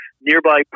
nearby